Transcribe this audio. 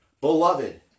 beloved